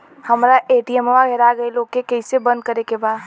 हमरा ए.टी.एम वा हेरा गइल ओ के के कैसे बंद करे के बा?